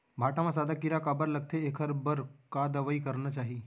भांटा म सादा कीरा काबर लगथे एखर बर का दवई करना चाही?